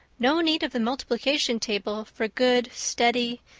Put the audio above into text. no need of the multiplication table for good, steady,